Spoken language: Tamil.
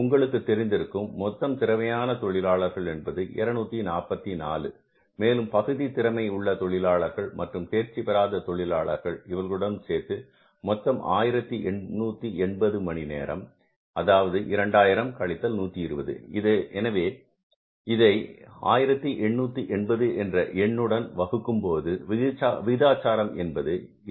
உங்களுக்கு தெரிந்திருக்கும் மொத்தம் திறமையான தொழிலாளர்கள் என்பது 244 மேலும் பகுதி திறமை உள்ள தொழிலாளர்கள் மற்றும் தேர்ச்சி பெறாத தொழிலாளர்கள் இவர்களுடன் சேர்த்து மொத்தம் 1880 மணிநேரம் அதாவது 2000 கழித்தல் 120 எனவே இதை 1880 என்ற என்னுடன் வகுக்கும்போது விகிதாச்சாரம் என்பது 2 2 4